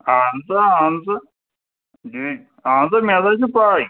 اہن سا اَن ژٕ اہن سا مےٚ ہسا چھِ پاے